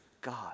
God